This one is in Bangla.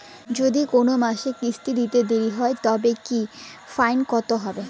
যদি কোন মাসে কিস্তি দিতে দেরি হয় তবে কি ফাইন কতহবে?